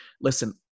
listen